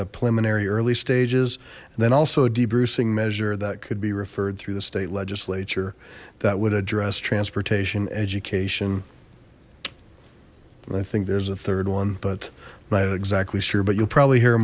preliminary early stages and then also a debriefing measure that could be referred through the state legislature that would address transportation education and i think there's a third one but not exactly sure but you'll probably hear